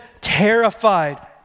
terrified